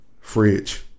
fridge